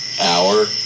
hour